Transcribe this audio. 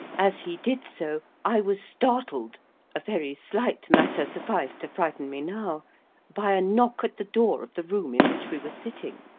as he did so, i was startled a very slight matter sufficed to frighten me now by a knock at the door of the room in which we were sitting.